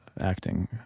acting